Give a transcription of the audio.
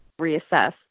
reassess